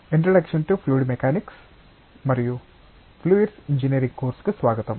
introduction to fluid mechanics మరియు fluids engineering కోర్సుకు స్వాగతం